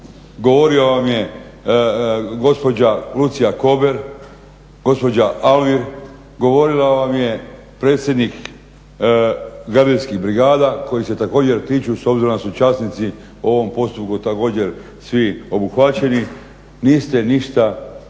govorila vam je gospođa Lucija KOber, gospođa Alvir, govorio vam je predsjednik gardijskih brigada koji se također tiču s obzirom da su časnici u ovom postupku također svi obuhvaćeni. Niste ništa izvukli